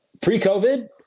pre-covid